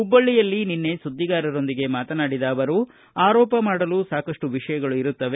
ಹುಬ್ವಳ್ಳಿಯಲ್ಲಿ ನಿನ್ನೆ ಸುದ್ದಿಗಾರರೊಂದಿಗೆ ಮಾತನಾಡಿದ ಅವರು ಆರೋಪ ಮಾಡಲು ಸಾಕಷ್ಟು ವಿಷಯಗಳು ಇರುತ್ತವೆ